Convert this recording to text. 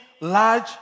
large